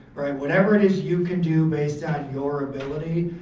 right. whatever it is you can do based on your ability.